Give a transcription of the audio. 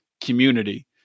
community